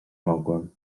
mogłem